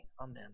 Amen